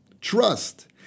trust